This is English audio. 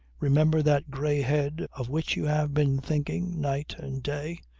remember that grey head of which you have been thinking night and day.